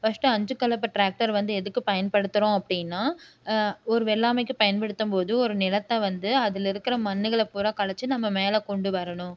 first அஞ்சு கலப்பை tractor வந்து எதுக்கு பயன்படுத்துகிறோம் அப்படின்னா ஒரு வெள்ளாமைக்கு பயன்படுத்தும்போது ஒரு நிலத்தை வந்து அதில் இருக்கிற மண்ணுகளை பூராக கலைச்சி நம்ம மேலே கொண்டு வரணும்